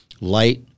light